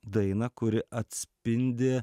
dainą kuri atspindi